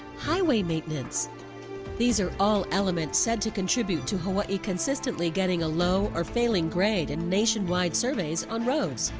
highway maintenance these are all elements said to contribute to hawai'i consistently getting a low or failing grade in nationwide surveys on roads.